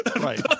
right